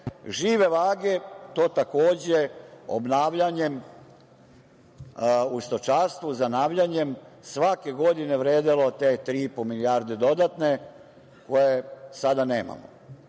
žive vage, takođe obnavljanjem u stočarstvu, zanavljanjem, svake godine vredelo te 3,5 milijarde dodatne koje sada nemamo.